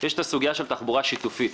היא הסוגיה של תחבורה שיתופית.